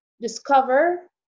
discover